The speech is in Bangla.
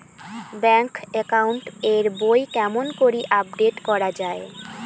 ব্যাংক একাউন্ট এর বই কেমন করি আপডেট করা য়ায়?